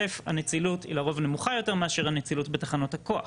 א' הנצילות היא לרוב נמוכה יותר מאשר הנצילות בתחנות הכוח,